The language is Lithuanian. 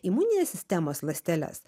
imuninės sistemos ląsteles